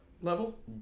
level